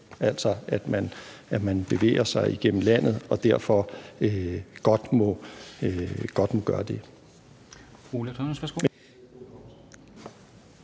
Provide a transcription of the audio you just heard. altså at man bevæger sig igennem landet og derfor godt må gøre det.